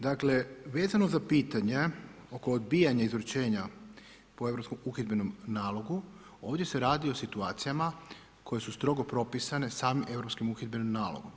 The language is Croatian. Dakle, vezano za pitanja oko odbijanja izručenja po europskom uhidbenom nalogu, ovdje se radi o situacijama koje su strogo propisane samim europskim uhidbenim nalogom.